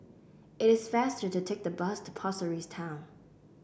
it is faster to take the bus to Pasir Ris Town